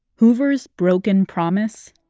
hoover's broken promise.